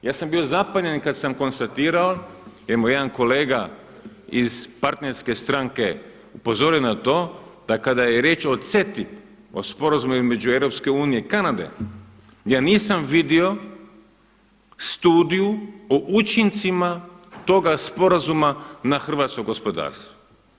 Ja sam bio zapanjen kada sam konstatirao i moj jedan kolega iz partnerske stranke upozorio na to da kada je riječ o CETA-i o sporazumu između EU i Kanade, ja nisam vidio studiju o učincima toga sporazuma na hrvatsko gospodarstvo.